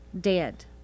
dead